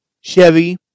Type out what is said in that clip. Chevy